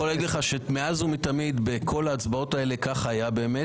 אני יכול להגיד לך שמאז ומתמיד בכל ההצבעות האלה כך באמת היה.